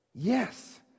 yes